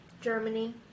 Germany